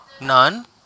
None